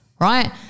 right